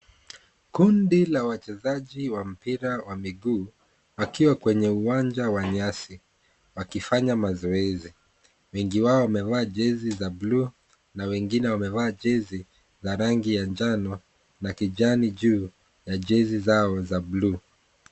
Kundi la wachezaji wa mpira wa miguu wakiwa kwenye uwanja wa nyasi, wakifanya mazoezi, mingi wao mevaa jezi za bluu na wengine wamevaa jezi za rangi ya njano na kijani juu ya jezi zao za bluu.